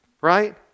right